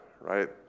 right